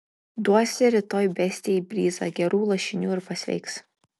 duosi rytoj bestijai bryzą gerų lašinių ir pasveiks